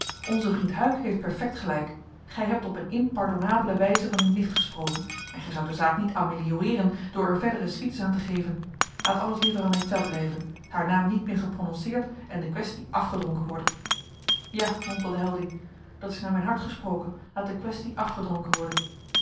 onze vriend huyck heeft perfect gelijk gij hebt op een impardonnable wijze van uwe nicht gesproken en gij zoudt de zaak niet amelioreeren door er verdere suites aan te geven laat alles liever en état blijven haar naam niet meer geprononceerd en de quaestie afgedronken worden ja mompelde heldring dat is naar mijn hart gesproken laat de quaestie afgedronken worden